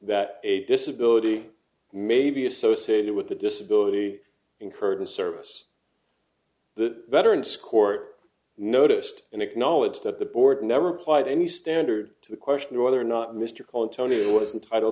that a disability may be associated with a disability incurred in service the veteran score noticed and acknowledged that the board never applied any standard to the question of whether or not mr cantone was entitle